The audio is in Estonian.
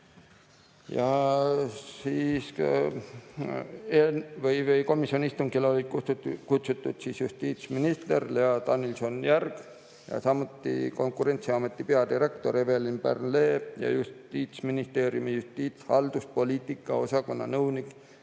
2023. Komisjoni istungile olid kutsutud justiitsminister Lea Danilson-Järg, samuti Konkurentsiameti peadirektor Evelin Pärn-Lee ja Justiitsministeeriumi justiitshalduspoliitika osakonna nõunik